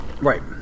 Right